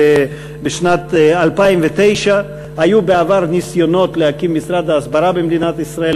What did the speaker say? בשנת 2009. היו בעבר ניסיונות להקים משרד הסברה במדינת ישראל,